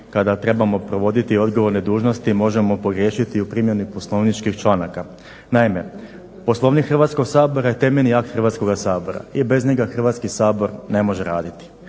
kada trebamo provoditi odgovorne dužnosti možemo pogriješiti u primjeni poslovničkih članaka. Naime, Poslovnik Hrvatskoga sabora je temeljni akt Hrvatskoga sabora i bez njega Hrvatskoga sabor ne može raditi.